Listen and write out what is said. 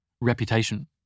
Reputation